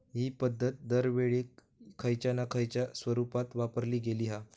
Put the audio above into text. हि पध्दत दरवेळेक खयच्या ना खयच्या स्वरुपात वापरली गेली हा